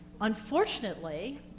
unfortunately